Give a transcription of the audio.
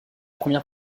première